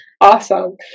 awesome